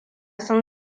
sun